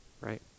right